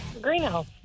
Greenhouse